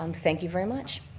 um thank you very much.